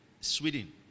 Sweden